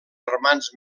germans